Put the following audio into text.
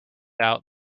out